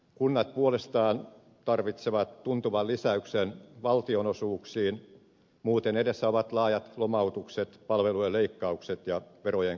kunnat puolestaan tarvitsevat tuntuvan lisäyksen valtionosuuksiin muuten edessä ovat laajat lomautukset palvelujen leikkaukset ja verojen korotukset